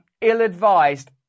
ill-advised